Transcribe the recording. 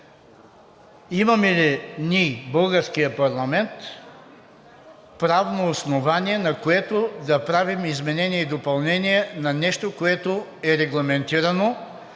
имаме ли ние, българският парламент, правно основание, на което да правим изменение и допълнение на нещо, което е регламентирано